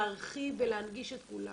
להרחיב ולהנגיש את כולם,